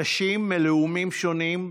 אנשים מלאומים שונים,